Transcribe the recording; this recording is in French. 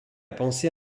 pensée